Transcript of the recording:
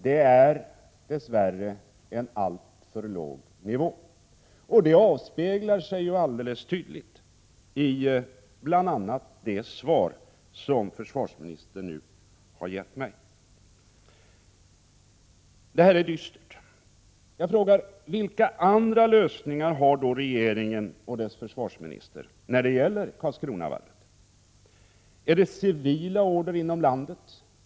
Det är dess värre en alltför låg nivå, och det avspeglar sig ju alldeles tydligt i bl.a. det svar som försvarsministern nu har gett mig. Det här är dystert. Jag frågar: Vilka andra lösningar har då regeringen och dess försvarsminister när det gäller Karlskronavarvet? Är det civila order inom landet?